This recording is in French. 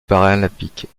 paralympiques